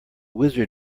wizard